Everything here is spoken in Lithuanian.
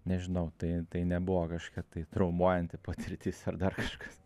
nežinau tai tai nebuvo kažkokia tai traumuojanti patirtis ar dar kažkas